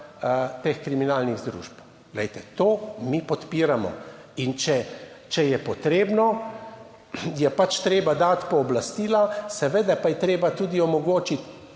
teh kriminalnih združb. Glejte, to mi podpiramo. In če, če je potrebno, je pač treba dati pooblastila, seveda pa je treba tudi omogočiti